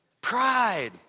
Pride